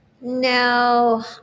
No